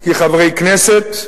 כי חברי כנסת,